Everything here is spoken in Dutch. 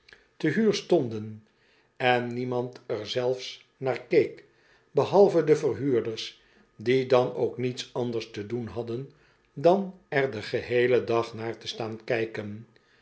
den en niemand er zelfs naar keek behalve de verhuurders die dan ook niets anders te doen hadden dan er den geheelen dag naar te staan kijken